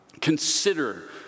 consider